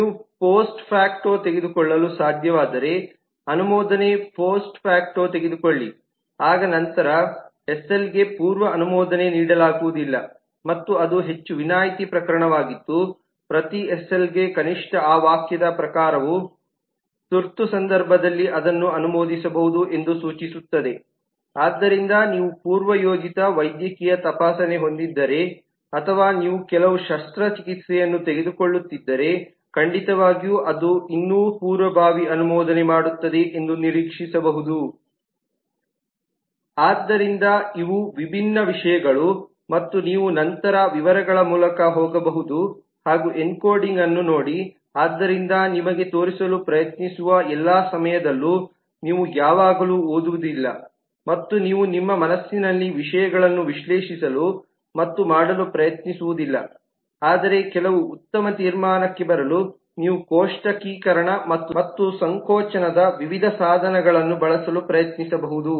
ನೀವು post facto ತೆಗೆದುಕೊಳ್ಳಲು ಸಾಧ್ಯವಾದರೆ ಅನುಮೋದನೆ ಪೋಸ್ಟ್ ಫ್ಯಾಕ್ಟೋ ತೆಗೆದುಕೊಳ್ಳಿ ಆಗ ನಂತರ ಎಸ್ಎಲ್ಗೆ ಪೂರ್ವ ಅನುಮೋದನೆ ನೀಡಲಾಗುವುದಿಲ್ಲ ಮತ್ತು ಅದು ಹೆಚ್ಚು ವಿನಾಯಿತಿ ಪ್ರಕರಣವಾಗಿದ್ದು ಪ್ರತಿ ಎಸ್ಎಲ್ಗೆ ಕನಿಷ್ಠ ಆ ವಾಕ್ಯದ ಪ್ರಕಾರವು ತುರ್ತು ಸಂದರ್ಭದಲ್ಲಿ ಅದನ್ನು ಅನುಮೋದಿಸಬಹುದು ಎಂದು ಸೂಚಿಸುತ್ತದೆ ಆದ್ದರಿಂದ ನೀವು ಪೂರ್ವ ಯೋಜಿತ ವೈದ್ಯಕೀಯ ತಪಾಸಣೆ ಹೊಂದಿದ್ದರೆ ಅಥವಾ ನೀವು ಕೆಲವು ಶಸ್ತ್ರಚಿಕಿತ್ಸೆಯನ್ನು ತೆಗೆದುಕೊಳ್ಳುತ್ತಿದ್ದರೆ ಖಂಡಿತವಾಗಿಯೂ ಅದು ಇನ್ನೂ ಪೂರ್ವಭಾವಿ ಅನುಮೋದನೆ ಮಾಡುತ್ತದೆ ಎಂದು ನಿರೀಕ್ಷಿಸಬಹುದು ಆದ್ದರಿಂದ ಇವು ವಿಭಿನ್ನ ವಿಷಯಗಳು ಮತ್ತು ನೀವು ನಂತರ ವಿವರಗಳ ಮೂಲಕ ಹೋಗಬಹುದು ಹಾಗು ಎನ್ಕೋಡಿಂಗ್ ಅನ್ನು ನೋಡಿ ಆದ್ದರಿಂದ ನಿಮಗೆ ತೋರಿಸಲು ಪ್ರಯತ್ನಿಸುವ ಎಲ್ಲಾ ಸಮಯದಲ್ಲೂ ನೀವು ಯಾವಾಗಲೂ ಓದುವುದಿಲ್ಲ ಮತ್ತು ನೀವು ನಿಮ್ಮ ಮನಸ್ಸಿನಲ್ಲಿ ವಿಷಯಗಳನ್ನು ವಿಶ್ಲೇಷಿಸಲು ಮತ್ತು ಮಾಡಲು ಪ್ರಯತ್ನಿಸುವುದಿಲ್ಲ ಆದರೆ ಕೆಲವು ಉತ್ತಮ ತೀರ್ಮಾನಕ್ಕೆ ಬರಲು ನೀವು ಕೋಷ್ಟಕೀಕರಣ ಮತ್ತು ಸಂಕೋಚನದ ವಿವಿಧ ಸಾಧನಗಳನ್ನು ಬಳಸಲು ಪ್ರಯತ್ನಿಸಬಹುದು